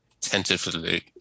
tentatively